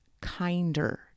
kinder